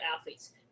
athletes